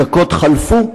הדקות חלפו,